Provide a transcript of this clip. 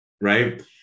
right